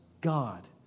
God